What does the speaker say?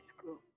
school